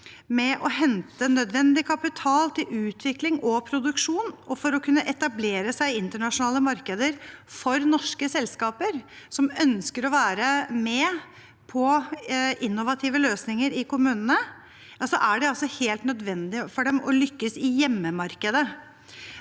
med å hente nødvendig kapital til utvikling og produksjon, og for å kunne etablere seg i internasjonale markeder for norske selskaper som ønsker å være med på innovative løsninger i kommunene, er det altså helt nødvendig for dem å lykkes i hjemmemarkedet.